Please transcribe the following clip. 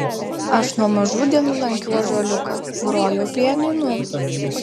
aš nuo mažų dienų lankiau ąžuoliuką grojau pianinu